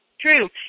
True